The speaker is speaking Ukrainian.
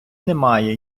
немає